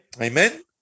Amen